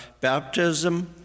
baptism